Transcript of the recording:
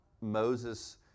Moses